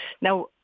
Now